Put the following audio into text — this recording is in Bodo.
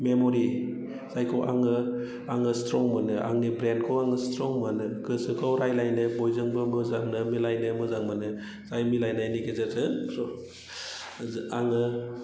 मेम'रि जायखौ आङो स्ट्रं मोनो आंनि ब्रैनखौ आङो स्ट्रं मोनो गोसोखौ रायज्लायनो बयजोंबो मोजांनो मिलायनो मोजां मोनो जाय मिलायनायनि गेजेरजों आङो